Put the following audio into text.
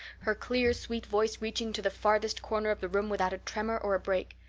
her clear, sweet voice reaching to the farthest corner of the room without a tremor or a break.